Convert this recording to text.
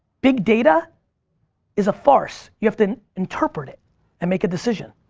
big data is a farce, you have to interpret it and make a decision.